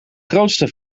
grootste